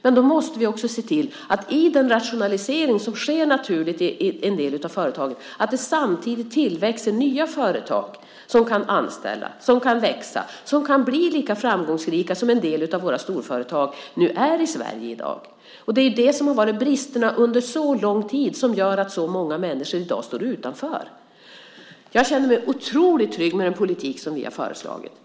Men då måste vi också se till att det vid den rationalisering som sker naturligt i en del av företagen samtidigt blir en tillväxt av nya företag som kan anställa, som kan växa och som kan bli lika framgångsrika som en del av våra storföretag i dag är i Sverige. Det är ju det som varit brister under en mycket lång tid som gör att så många människor i dag står utanför. Jag känner mig otroligt trygg med den politik som vi har föreslagit.